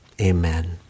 Amen